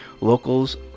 Locals